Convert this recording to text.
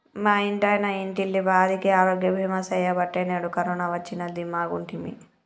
మా ఇంటాయన ఇంటిల్లపాదికి ఆరోగ్య బీమా సెయ్యబట్టే నేడు కరోన వచ్చినా దీమాగుంటిమి